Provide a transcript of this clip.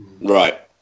Right